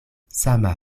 sama